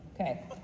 Okay